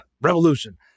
revolution